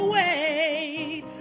wait